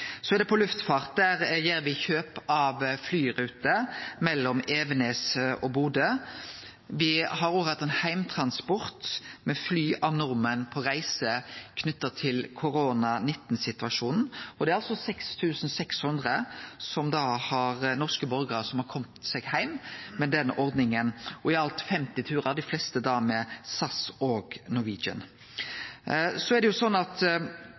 Så til luftfart. Der kjøper me flyruter mellom Evenes og Bodø. Me har òg hatt heimtransport med fly av nordmenn på reise, knytt til covid-19-situasjonen: Det er 6 600 norske borgarar som har kome seg heim med den ordninga – i alt 50 turar, dei fleste med SAS og Norwegian. Det representanten Morten Stordalen tar opp knytt til Torp, er òg riktig. Eg registrerer at